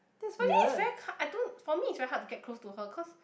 Pearlyn is very co~ I don't for me it's very hard to get close to her cause